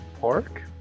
pork